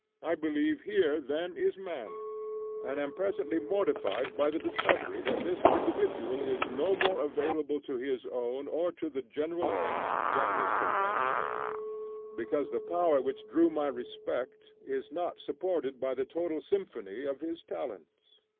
i believe here then is man and am presently mortified by the discovery that this individual is no more available to his own or to the general ends than his companions because the power which drew my respect is not supported by the total symphony of his talents.